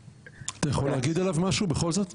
אתה יכול להגיד עליו משהו בכל זאת?